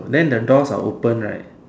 and then the doors are open right